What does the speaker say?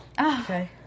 Okay